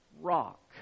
rock